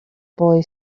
boy